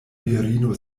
virino